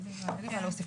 אין לי מה להוסיף.